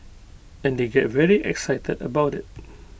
and they get very excited about IT